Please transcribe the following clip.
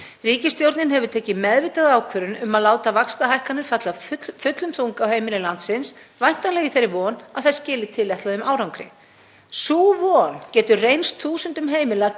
Ríkisstjórnin hefur tekið meðvitaða ákvörðun um að láta vaxtahækkanir falla af fullum þunga á heimili landsins, væntanlega í þeirra von að þær skili tilætluðum árangri. Sú von getur reynst þúsundum heimila